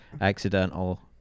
accidental